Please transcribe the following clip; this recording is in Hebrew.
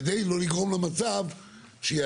כדי לא לגרום למצב שיעדיפו